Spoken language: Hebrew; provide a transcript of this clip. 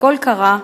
"קול קרא,